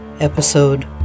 Episode